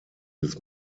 des